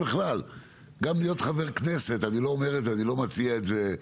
גם להיות חבר כנסת אני לא מציע את זה,